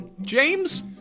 James